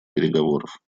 переговоров